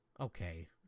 okay